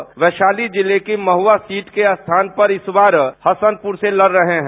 तेज प्रताप वैशाली जिले की महुआ सीट के स्थान पर इस बार हसनपुर से लड रहे हैं